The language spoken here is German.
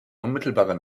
unmittelbare